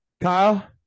Kyle